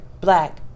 black